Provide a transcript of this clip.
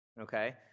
okay